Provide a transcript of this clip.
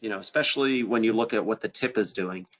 you know especially when you look at what the tip is doing,